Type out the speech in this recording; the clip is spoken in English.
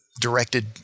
directed